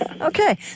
Okay